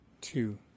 Two